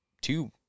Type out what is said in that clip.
two